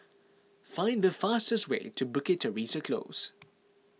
find the fastest way to Bukit Teresa Close